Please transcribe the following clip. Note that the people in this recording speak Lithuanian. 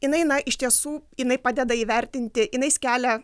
jinai na iš tiesų jinai padeda įvertinti jinai skelia